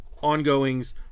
ongoings